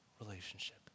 relationship